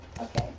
Okay